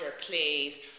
please